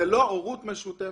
זה לא הורות משותפת.